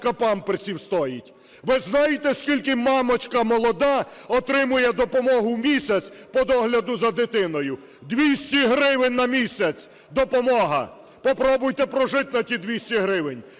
Попробуйте прожити на ті 200 гривень!